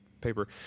paper